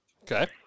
Okay